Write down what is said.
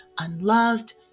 unloved